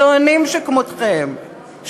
גאונים שכמותכם,